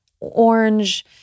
orange